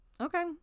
Okay